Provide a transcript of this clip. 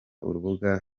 urubuga